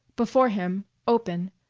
before him, open,